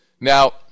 Now